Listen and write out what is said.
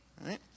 right